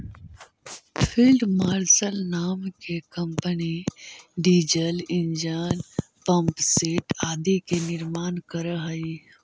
field marshal नाम के company diesel engine, pump set आदि के निर्माण करऽ हई